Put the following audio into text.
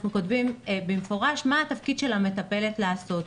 אנחנו כותבים במפורש מה התפקיד של המטפלת לעשות.